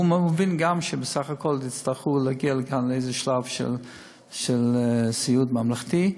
הוא מבין גם שבסך הכול יצטרכו להגיע לכאן לאיזה שלב של סיעוד ממלכתי.